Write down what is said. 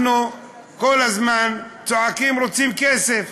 אנחנו כל הזמן צועקים: רוצים כסף.